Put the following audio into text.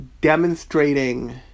demonstrating